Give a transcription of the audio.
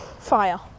fire